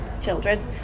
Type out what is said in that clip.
children